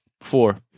Four